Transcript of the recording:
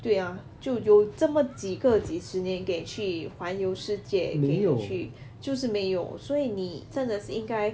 对呀就有这么几个几十年给去环游世界可以去就是没有所以你真的是应该